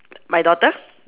my daughter